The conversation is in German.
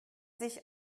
sich